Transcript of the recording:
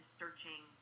searching